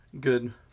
good